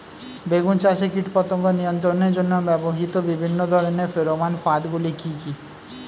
বেগুন চাষে কীটপতঙ্গ নিয়ন্ত্রণের জন্য ব্যবহৃত বিভিন্ন ধরনের ফেরোমান ফাঁদ গুলি কি কি?